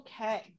Okay